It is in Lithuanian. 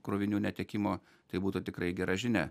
krovinių netekimo tai būtų tikrai gera žinia